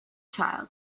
child